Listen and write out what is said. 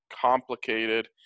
complicated